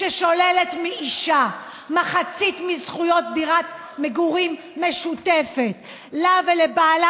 ששוללת מאישה מחצית מזכויות דירת מגורים משותפת לה ולבעלה,